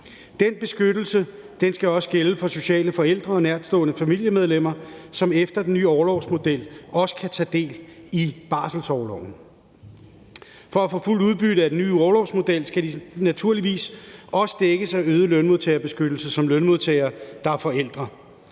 Den beskyttelse skal også gælde for sociale forældre og nærtstående familiemedlemmer, som efter den nye orlovsmodel også kan tage del i barselsorloven. For at få fuldt udbytte af den nye orlovsmodel skal de naturligvis også dækkes af øget lønmodtagerbeskyttelse som lønmodtagere, der er forældre.